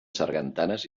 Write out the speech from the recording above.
sargantanes